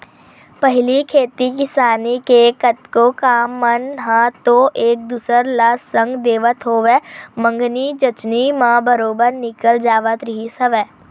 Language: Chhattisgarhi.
पहिली खेती किसानी के कतको काम मन ह तो एक दूसर ल संग देवत होवय मंगनी जचनी म बरोबर निकल जावत रिहिस हवय